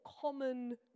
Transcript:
common